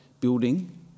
building